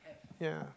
ya